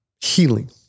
healing